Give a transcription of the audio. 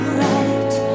right